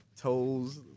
toes